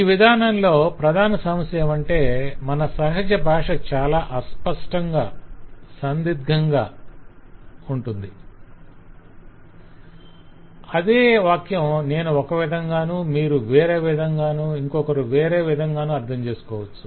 ఈ విధానంలో ప్రధాన సమస్య ఏమంటే మన సహజ భాష చాలా అస్పష్టంగా సందిగ్ధంగాను ఉంటుంది - అదే వాక్యం నేను ఒక విధంగాను మీరు వేరే విధంగాను ఇంకొకరు వేరే విధంగాను అర్థంచేసుకోవచ్చు